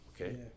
okay